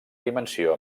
dimensió